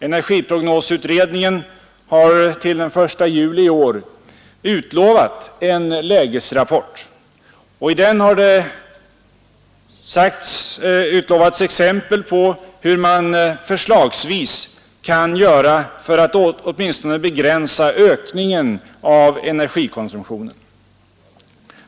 Energiprognosutredningen har till den 1 juli i år utlovat en lägesrapport med exempel på hur man förslagsvis kan göra för att åtminstone begränsa ökningen av energikonsumtionen.